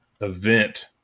event